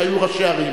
כשהיו ראשי ערים.